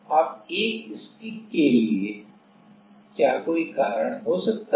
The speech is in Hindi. अब एक स्टिक के लिए क्या कोई कारण सकता है